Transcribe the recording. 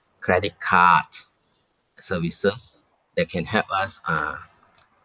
credit card services that can help us uh